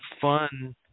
fun